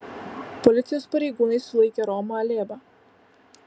policijos pareigūnai sulaikė romą alėbą